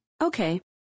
Okay